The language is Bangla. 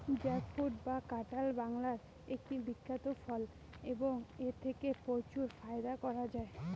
জ্যাকফ্রুট বা কাঁঠাল বাংলার একটি বিখ্যাত ফল এবং এথেকে প্রচুর ফায়দা করা য়ায়